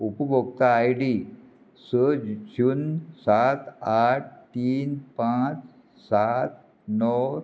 उपभोक्ता I D स जून सात आठ तीन पांच सात णव